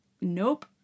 nope